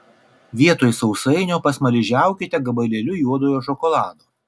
vietoj sausainio pasmaližiaukite gabalėliu juodojo šokolado